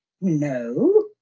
No